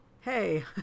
hey